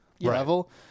level